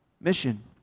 mission